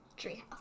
Treehouse